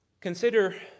Consider